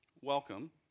welcome